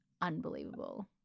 unbelievable